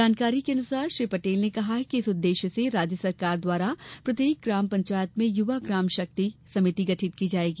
जानकारी के अनुसार श्री पटेल ने कहा कि इस उद्देश्य से राज्य सरकार द्वारा प्रत्येक ग्राम पंचायत में युवा ग्राम शक्ति समिति गठित की जायेगी